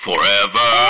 Forever